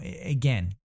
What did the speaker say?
again